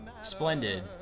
Splendid